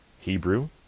Hebrew